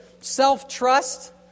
self-trust